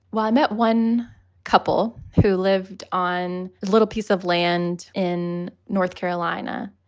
well, i met one couple who lived on a little piece of land in north carolina.